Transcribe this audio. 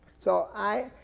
so, i,